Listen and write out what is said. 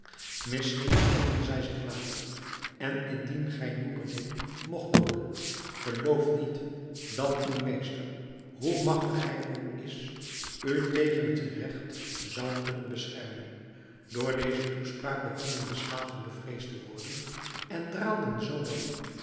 misschien verzoenen zij zich later en indien gij noureddin mogt dooden gelooft niet dat uw meester hoe magtig hij ook is u tegen het geregt zou kunnen beschermen door deze toespraak begonnen de slaven bevreesd te worden en draalden